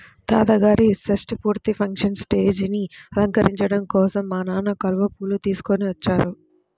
తాతగారి షష్టి పూర్తి ఫంక్షన్ స్టేజీని అలంకరించడం కోసం మా నాన్న కలువ పూలు తీసుకొచ్చారు